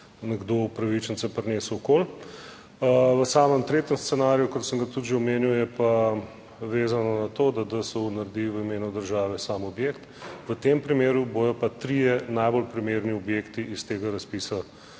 nekdo upravičence prinesel okoli. V samem tretjem scenariju, kot sem ga tudi že omenil, je pa vezano na to, da DSO naredi v imenu države sam objekt. V tem primeru bodo pa trije najbolj primerni objekti iz tega razpisa